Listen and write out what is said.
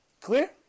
Clear